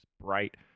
bright